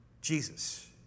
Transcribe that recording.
Jesus